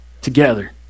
together